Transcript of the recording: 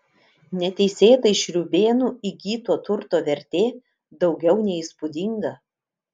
neteisėtai šriūbėnų įgyto turto vertė daugiau nei įspūdinga